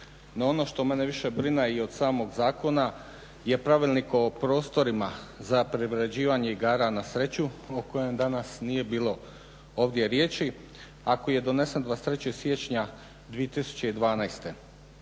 ono što mene više brine i od samog zakona je pravilnik o prostorima za priređivanje igara na sreću o kojem danas nije bilo riječi a koji je donesen 23. siječnja 2012.